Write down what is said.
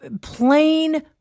plain